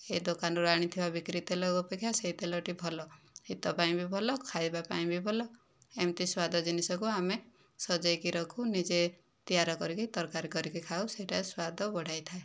ଏ ଦୋକାନରୁ ଆଣିଥିବା ବିକ୍ରି ତେଲ ଅପେକ୍ଷା ସେ ତେଲଟି ଭଲ ହିତ ପାଇଁ ବି ଭଲ ଖାଇବା ପାଇଁ ବି ଭଲ ଏମିତି ସ୍ୱାଦ ଜିନିଷକୁ ଆମେ ସଜାଇକି ରଖୁ ନିଜେ ତିଆରି କରିକି ତରକାରୀ କରିକି ଖାଉ ସେଟା ସ୍ୱାଦ ବଢ଼ାଇଥାଏ